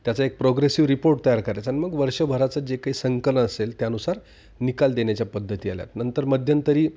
त्याचा एक progressive report तयार करायचा आणि मग वर्षभराचं जे काही संकलन असेल त्यानुसार निकाल देण्याच्या पद्धती आल्या नंतर मध्यंतरी